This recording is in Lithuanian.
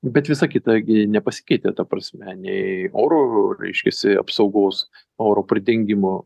bet visa kita gi nepasikeitė ta prasme nei oro reiškiasi apsaugos oro pridengimo